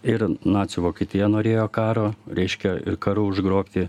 ir nacių vokietija norėjo karo reiškia ir karu užgrobti